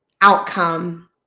outcome